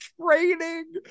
training